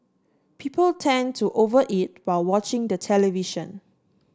people tend to over eat while watching the television